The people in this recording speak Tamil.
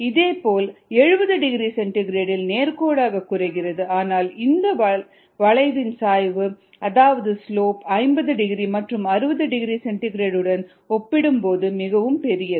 இதேபோல் 70 டிகிரி சென்டிகிரேட் இல் நேர்கோடாக குறைகிறது ஆனால் இந்த வளைவின் சாய்வு அதாவது ஸ்லோப் 50 டிகிரி மற்றும் 60 டிகிரி சென்டிகிரேட் உடன் ஒப்பிடும்போது பெரியது